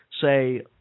say